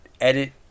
edit